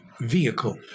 vehicle